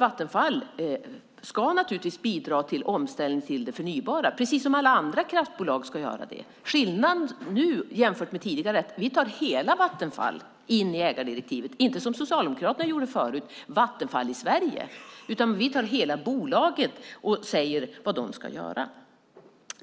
Vattenfall ska naturligtvis bidra till omställningen till det förnybara, precis som alla andra kraftbolag ska göra. Skillnaden nu jämfört med tidigare är att vi tar in hela Vattenfall i ägardirektivet och inte, som Socialdemokraterna gjorde förut, Vattenfall i Sverige. Vi säger vad hela bolaget ska göra. Jag tycker att